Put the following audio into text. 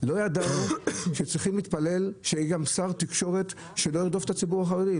לא ידענו שצריך להתפלל שיהיה שר תקשורת שלא ירדוף את הציבור החרדי.